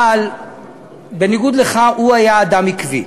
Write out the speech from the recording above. אבל בניגוד לך, הוא היה אדם עקבי,